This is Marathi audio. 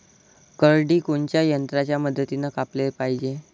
करडी कोनच्या यंत्राच्या मदतीनं कापाले पायजे?